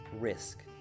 risk